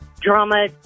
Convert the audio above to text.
drama